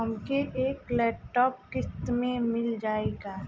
हमके एक लैपटॉप किस्त मे मिल जाई का?